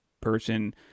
person